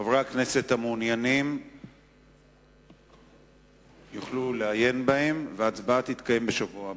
חברי הכנסת המעוניינים יוכלו לעיין בהם וההצבעה תתקיים בשבוע הבא.